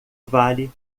vale